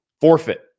Forfeit